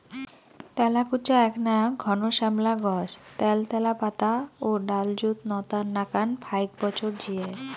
তেলাকুচা এ্যাকনা ঘন শ্যামলা গছ ত্যালত্যালা পাতা ও ডালযুত নতার নাকান ফাইক বছর জিয়ায়